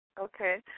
okay